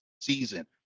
season